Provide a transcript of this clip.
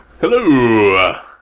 Hello